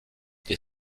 des